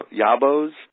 yabos